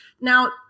Now